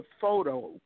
photo